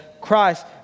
Christ